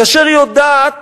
כאשר היא יודעת